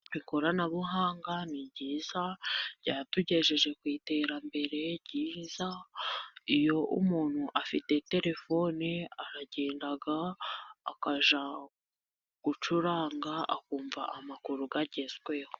Ikoranabuhanga ni ryiza, ryatugejeje ku iterambere ryiza, iyo umuntu afite terefone aragenda akajya gucuranga akumva amakuru agezweho.